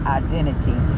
identity